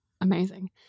Amazing